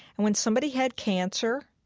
and when somebody had cancer,